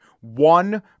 one